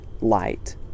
light